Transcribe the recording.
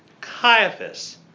Caiaphas